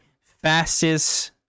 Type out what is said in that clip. fastest